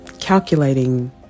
calculating